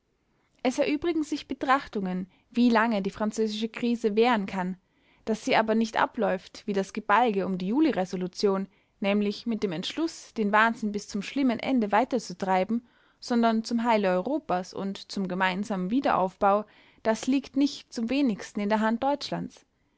es erübrigen sich betrachtungen wie lange die französische krise währen kann daß sie aber nicht abläuft wie das gebalge um die juli-resolution nämlich mit dem entschluß den wahnsinn bis zum schlimmen ende weiterzutreiben sondern zum heile europas und zum gemeinsamen wiederaufbau das liegt nicht zum wenigsten in der hand deutschlands